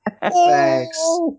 Thanks